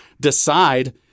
decide